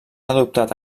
adoptat